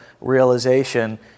realization